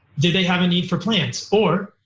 did they have a need for plants? or,